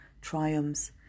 triumphs